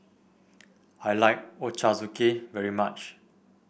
I like Ochazuke very much